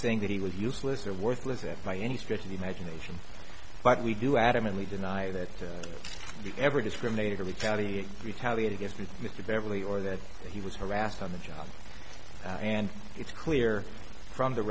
saying that he was useless or worthless if by any stretch of the imagination but we do adamantly deny that he ever discriminated retaliate retaliate against mr beverley or that he was harassed on the job and it's clear from the